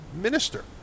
minister